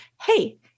Hey